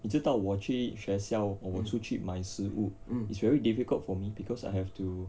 你知道我去学校我们出去买食物 it's very difficult for me because I have to